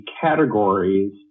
categories